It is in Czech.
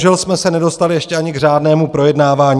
Bohužel jsme se nedostali ještě ani k řádnému projednávání.